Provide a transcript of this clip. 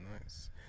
nice